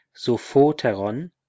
sophoteron